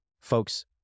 folks